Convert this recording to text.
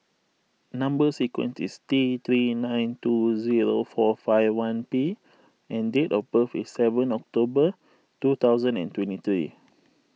Number Sequence is T three nine two zero four five one P and date of birth is seven October two thousand and twenty three